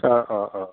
অ' অ' অ'